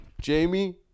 Jamie